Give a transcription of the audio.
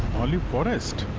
auli forest!